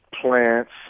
plants